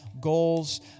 goals